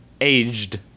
aged